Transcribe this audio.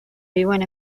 viuen